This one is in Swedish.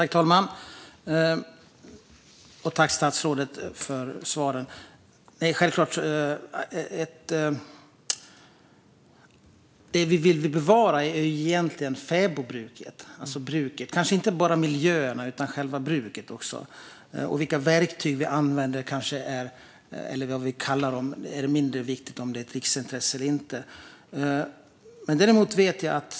Fru talman! Jag tackar statsrådet för svaren. Det vi vill bevara är inte bara miljöerna utan även själva fäbodbruket. Vilka verktyg vi använder, vad vi kallar dem och om det är ett riksintresse eller inte är mindre viktigt.